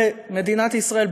ובמדינת ישראל,